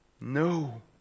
No